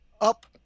up